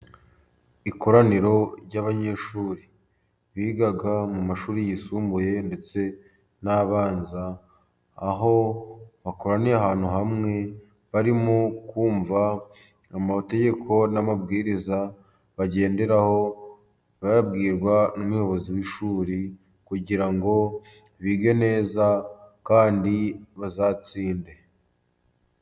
Ikoraniro ry'abanyeshuri biga mu mashuri yisumbuye ndetse n' abanza, aho bakoraniye ahantu hamwe barimo kumva amategeko n'amabwiriza bagenderaho, bayabwirwa n'umuyobozi w'ishuri kugira ngo bige neza kandi bazatsinde.